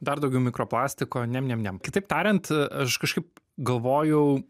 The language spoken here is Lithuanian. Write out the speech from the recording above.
dar daugiau mikroplastiko niam niam niam kitaip tariant aš kažkaip galvojau